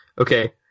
Okay